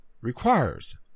requires